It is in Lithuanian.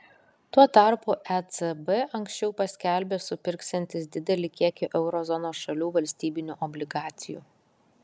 tuo tarpu ecb anksčiau paskelbė supirksiantis didelį kiekį euro zonos šalių valstybinių obligacijų